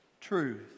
truth